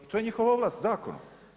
To je njihova ovlast zakonom.